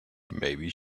maybe